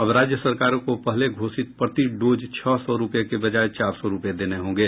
अब राज्य सरकारों को पहले घोषित प्रति डोज छह सौ रुपये की बजाय चार सौ रुपये देने होंगे